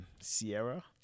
Sierra